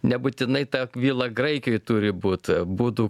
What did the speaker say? nebūtinai ta vila graikijoje turi būti būdų